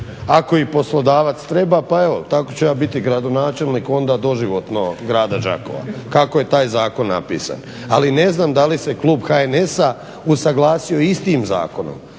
ako ih poslodavac treba, pa evo tako ću ja biti gradonačelnik onda doživotno grada Đakova kako je taj zakon napisan. Ali ne znam da li se klub HNS-a usuglasio istim zakonom